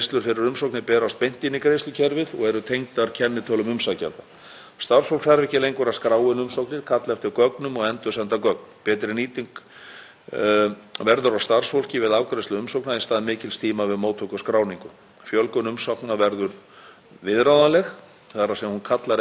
verður á starfsfólki við afgreiðslu umsókna í stað mikils tíma við móttöku og skráningu. Fjölgun umsókna verður viðráðanleg, þ.e. hún kallar ekki endilega á viðbótarstarfsfólk. Kerfið og vinnuferillinn er vistvænn, fullnægir þeim markmiðum sem við höfum sett okkur og er talið sjálfbært. Fleiri kostir eru til staðar